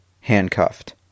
handcuffed